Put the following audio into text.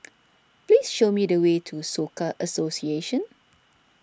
please show me the way to Soka Association